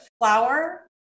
flour